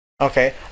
Okay